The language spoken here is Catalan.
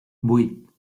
vuit